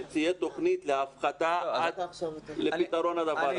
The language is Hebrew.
שתהיה תוכנית להפחתה עד לפתרון הדבר.